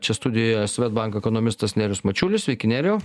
čia studijoje svedbank ekonomistas nerijus mačiulis sveiki nerijau